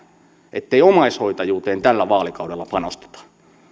ettei omaishoitajuuteen tällä vaalikaudella panosteta